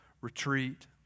retreat